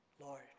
Lord